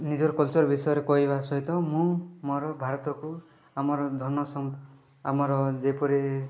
ନିଜର କଲଚର୍ ବିଷୟରେ କହିବା ସହିତ ମୁଁ ମୋର ଭାରତକୁ ଆମର ଧନସମ୍ପ ଆମର ଯେପରି